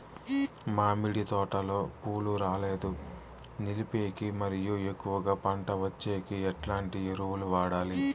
మామిడి తోటలో పూలు రాలేదు నిలిపేకి మరియు ఎక్కువగా పంట వచ్చేకి ఎట్లాంటి ఎరువులు వాడాలి?